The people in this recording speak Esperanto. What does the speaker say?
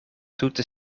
tute